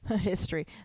history